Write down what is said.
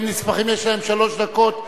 יש להם שלוש דקות,